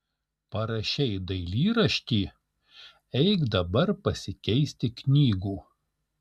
parašei dailyraštį eik dabar pasikeisti knygų